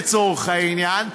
לצורך העניין,